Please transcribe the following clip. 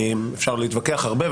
אפשר להתווכח הרבה,